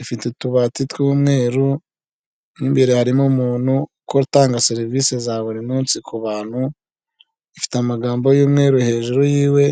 ifite utubati tw'umweru, mo imbere harimo umuntu ukora utanga serivise za buri munsi ku bantu, ifite amagambo y'umweru hejuru yiwe.